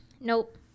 Nope